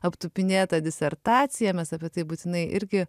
aptupinėtą disertaciją apie tai būtinai irgi